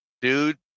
dude